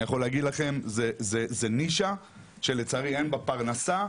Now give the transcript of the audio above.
זו נישה שלצערי אין בה פרנסה,